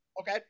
okay